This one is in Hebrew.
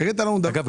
אגב,